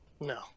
No